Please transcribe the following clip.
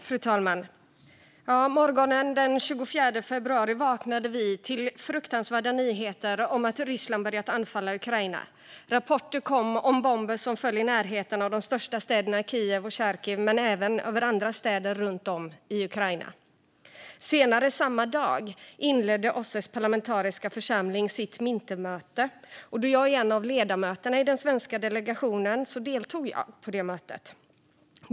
Fru talman! Morgonen den 24 februari vaknade vi till fruktansvärda nyheter om att Ryssland börjat anfalla Ukraina. Rapporter kom om bomber som föll i närheten av de största städerna Kiev och Charkiv men även över andra städer runt om i Ukraina. Senare samma dag inledde OSSE:s parlamentariska församling sitt vintermöte. Då jag är en av ledamöterna i den svenska delegationen deltog jag på det mötet.